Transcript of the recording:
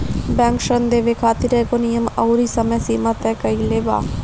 bank ऋण देवे खातिर एगो नियम अउरी समय सीमा तय कईले बा